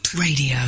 Radio